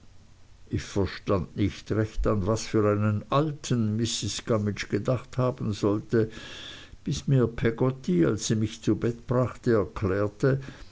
ich verstand nicht recht an was für einen alten mrs gummidge gedacht haben sollte bis mir peggotty als sie mich zu bett brachte erklärte